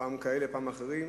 פעם כאלה פעם אחרים.